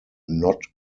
not